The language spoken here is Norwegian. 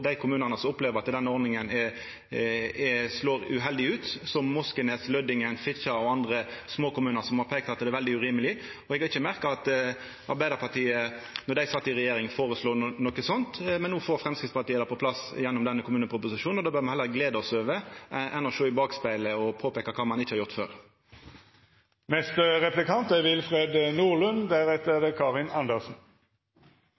dei kommunane som opplever at denne ordninga slår uheldig ut, som Moskenes, Lødingen, Fitjar og andre små kommunar som har peikt på at det er veldig urimeleg. Eg har ikkje merka at Arbeidarpartiet føreslo noko sånt då dei sat i regjering, men no får Framstegspartiet det på plass gjennom denne kommuneproposisjonen. Det bør me gleda oss over heller enn å sjå i bakspegelen og påpeika kva ein ikkje